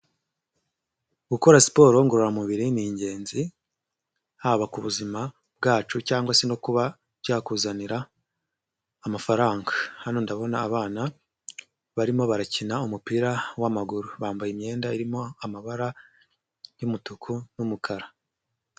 Gukora siporo ngororamubiri ni ingenzi. Haba kubuzima, bwacu cyangwa se no kuba, byakuzanira, amafaranga. Hano ndabona abana, barimo barakina umupira w'amaguru bambaye imyenda irimo amabara, y'umutuku n'umukara.